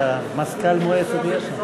אנחנו ממשיכים בסדר-היום.